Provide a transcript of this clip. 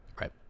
Right